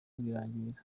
rwirangira